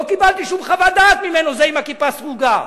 לא קיבלתי שום חוות דעת ממנו, זה עם הכיפה הסרוגה.